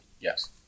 Yes